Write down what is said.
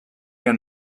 and